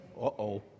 Uh-oh